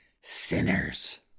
sinners